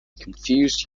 confused